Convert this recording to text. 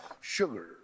sugar